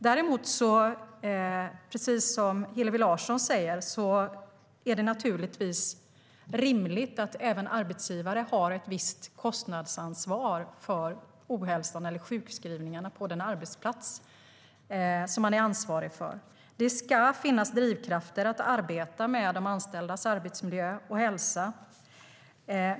Däremot är det, precis som Hillevi Larsson säger, rimligt att även arbetsgivare har ett visst kostnadsansvar för ohälsan eller sjukskrivningarna på den arbetsplats man är ansvarig för. Det ska finnas drivkrafter att arbeta med de anställdas arbetsmiljö och hälsa.